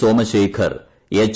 Soma Shekhar H